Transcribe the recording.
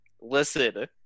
listen